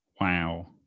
wow